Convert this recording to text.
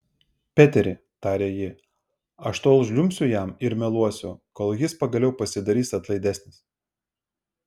peteri tarė ji aš tol žliumbsiu jam ir meluosiu kol jis pagaliau pasidarys atlaidesnis